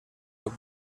toc